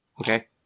Okay